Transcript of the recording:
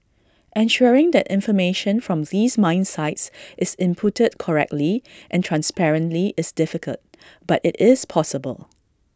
ensuring that information from these mine sites is inputted correctly and transparently is difficult but IT is possible